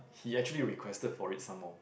he actually requested for it some more